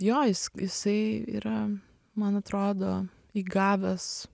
jo jis jisai yra man atrodo įgavęs